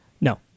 No